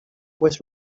was